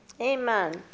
Amen